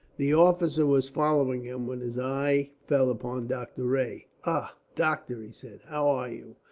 the officer was following them, when his eye fell upon doctor rae. ah! doctor, he said, how are you?